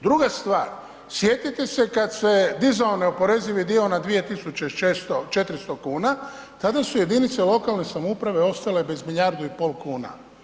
Druga stvar, sjetite se kad se dizao neoporezivi dio na 2.400,00 kn, tada su jedinice lokalne samouprave ostale bez milijardu i pol kuna.